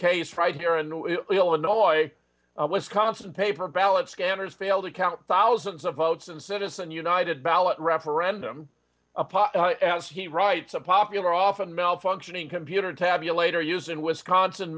case right here in illinois wisconsin paper ballot scanners failed to count thousands of votes in citizen united ballot referendum as he writes a popular often malfunctioning computer tabulator used in wisconsin